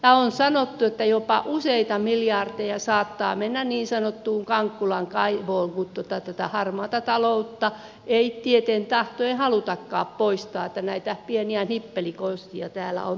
on sanottu että jopa useita miljardeja saattaa mennä niin sanottuun kankkulan kaivoon kun tätä harmaata taloutta ei tieten tahtoen halutakaan poistaa kun näitä pieniä nippelikonsteja täällä on tehty